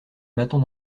m’attend